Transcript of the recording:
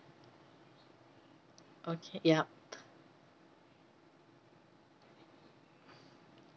okay yup